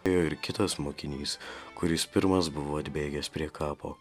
ėjo ir kitas mokinys kuris pirmas buvo atbėgęs prie kapo